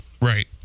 Right